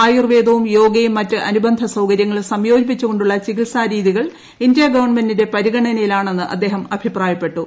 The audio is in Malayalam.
ആയുർവ്വേദവും യോഗയും മറ്റ് അനുബന്ധ സൌകര്യങ്ങളും സംയോജിപ്പിച്ചുകൊണ്ടുള്ള ചികിത്സാരീതികൾ ഇന്ത്യാ ഗവൺമെന്റിന്റെ പരിഗണനയിലാണെന്ന് അദ്ദേഹം അഭിപ്രായപ്പെട്ടു